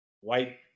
white